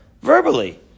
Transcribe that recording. Verbally